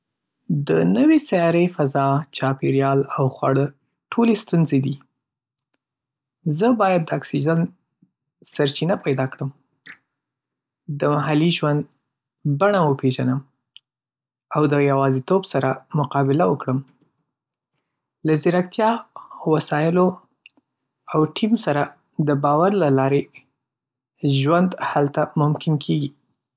د نوې سیارې فضا، چاپېریال او خواړه ټولې ستونزې دي. زه باید د اکسیجن سرچینه پیدا کړم، د محلي ژوند بڼه وپیژنم، او د یوازیتوب سره مقابله وکړم. له ځیرکتیا، وسایلو او ټيم سره د باور له لارې، ژوند هلته ممکن کېږي.